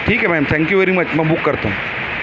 ٹھیک ہے ma'am thank you very much میں بک کرتا ہوں